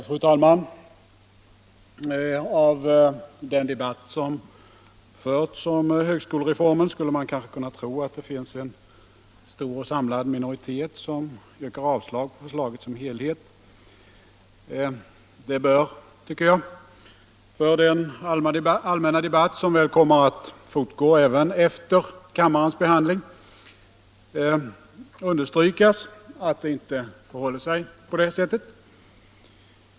Fru talman! Av den debatt som förts om högskolereformen skulle man kanske kunnat tro att det finns en stor och samlad minoritet som yrkar avslag på förslaget som helhet. Det bör, tycker jag, för den allmänna debatt som väl kommer att fortgå även efter kammarens behandling av detta ärende understrykas att det inte förhåller sig på det sättet.